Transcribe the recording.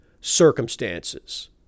circumstances